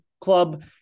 club